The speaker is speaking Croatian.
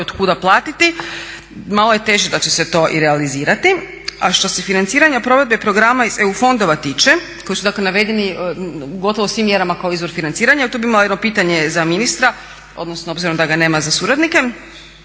otkuda platiti malo je teže da će se to i realizirati. A što se financiranja provedbe programa iz EU fondova tiče, koji su dakle navedeni u gotovo svim mjerama kao izvor financiranja tu bih imala jedno pitanje za ministra, odnosno obzirom da ga nema za suradnike,